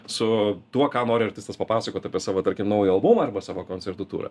su tuo ką nori artistas papasakot apie savo tarkim naują albumą arba savo koncertų turą